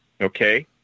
Okay